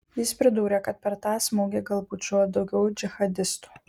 jis pridūrė kad per tą smūgį galbūt žuvo daugiau džihadistų